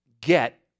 get